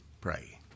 pray